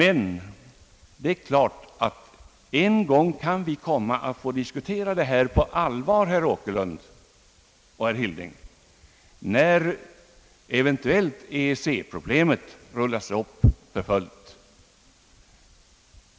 En dag kan vi komma att få diskutera detta på allvar, herr Åkerlund och herr Hilding, nämligen när eventuellt EEC-problemet rullas upp för fullt.